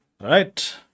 right